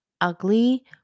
ugly